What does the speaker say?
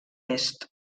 est